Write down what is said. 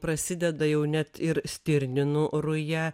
prasideda jau net ir stirninų ruja